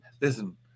listen